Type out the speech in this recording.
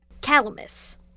calamus